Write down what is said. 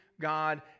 God